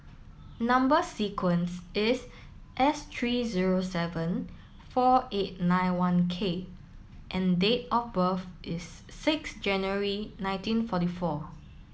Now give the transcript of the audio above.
number sequence is S three zero seven four eight nine one K and date of birth is six January nineteen forty four